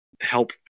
Help